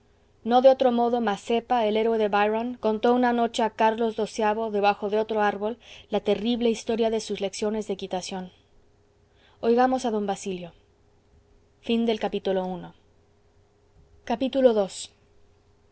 no de otro modo mazzepa el héroe de byron contó una noche a carlos xii debajo de otro árbol la terrible historia de sus lecciones de equitación oigamos a d basilio ii